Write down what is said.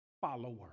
follower